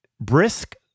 brisk